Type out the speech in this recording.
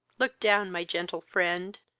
look down, my gentle friend,